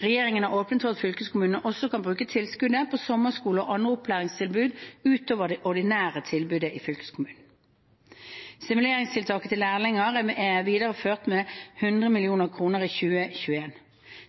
Regjeringen har åpnet for at fylkeskommunene også kan bruke tilskuddet på sommerskole og andre opplæringstilbud utover det ordinære tilbudet i fylkeskommunen. Stimuleringstilskuddet til lærlinger er videreført med 100 mill. kr i 2021.